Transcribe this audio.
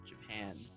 Japan